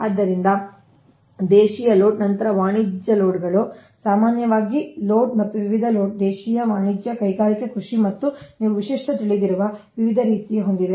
ಆದ್ದರಿಂದ ದೇಶೀಯ ಲೋಡ್ ನಂತರ ವಾಣಿಜ್ಯ ಲೋಡ್ಗಳು ಆದ್ದರಿಂದ ಸಾಮಾನ್ಯವಾಗಿ ಆದ್ದರಿಂದ ಲೋಡ್ ಮತ್ತು ವಿವಿಧ ಲೋಡ್ ದೇಶೀಯ ವಾಣಿಜ್ಯ ಕೈಗಾರಿಕಾ ಕೃಷಿ ಅವರು ನೀವು ವಿಶಿಷ್ಟ ತಿಳಿದಿರುವ ವಿವಿಧ ರೀತಿಯ ಹೊಂದಿವೆ